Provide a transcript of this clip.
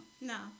No